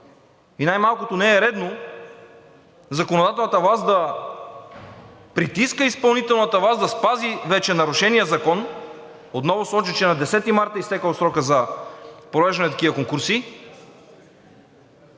Най-малкото не е редно законодателната власт да притиска изпълнителната да спази вече нарушения закон. Отново соча, че на 10 март е изтекъл срокът за провеждане на такива конкурси